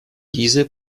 diese